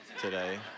today